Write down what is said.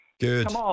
Good